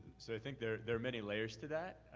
so i think there there are many layers to that.